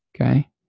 okay